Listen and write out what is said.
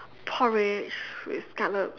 porridge with scallop